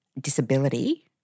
disability